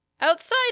outside